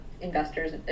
investors